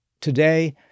Today